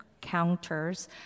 counters